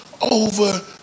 over